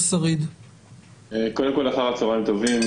אחר צוהריים טובים.